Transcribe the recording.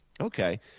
Okay